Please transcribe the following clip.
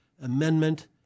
amendment